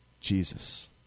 Jesus